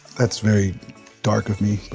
that's very dark of me, but.